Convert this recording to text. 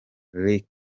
rick